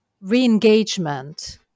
re-engagement